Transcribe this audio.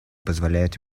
позволяют